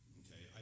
okay